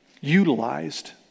utilized